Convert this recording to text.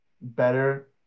better